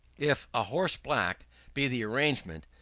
if a horse black be the arrangement,